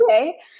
okay